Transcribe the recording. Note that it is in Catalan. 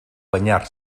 banyar